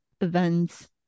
events